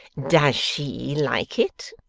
does she like it